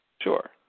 Sure